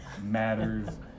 matters